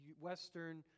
Western